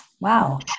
Wow